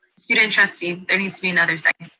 student trustee, there needs to be another second.